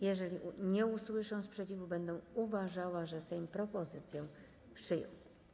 Jeżeli nie usłyszę sprzeciwu, będę uważała, że Sejm propozycję przyjął.